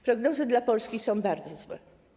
Prognozy dla Polski są bardzo złe.